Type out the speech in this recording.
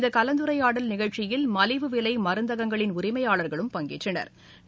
இந்தகலந்துரையாடல் நிகழ்ச்சியில் விலைமருந்தகங்களின் உரிமையாளர்களும் பங்கேற்றனா்